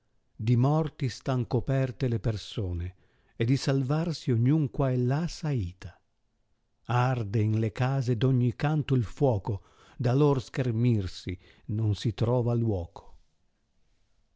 di morti stan coperte le persone e di salvarsi ogn un qua e là s'aita arde in le case d ogni canto il fuoco da lor schermirsi non si trova luoco